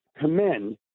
commend